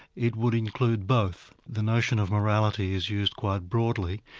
it would include both. the notion of morality is used quite broadly,